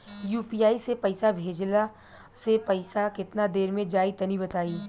UPI से पईसा भेजलाऽ से पईसा केतना देर मे जाई तनि बताई?